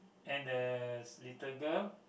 and the little girl